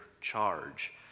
charge